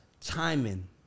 timing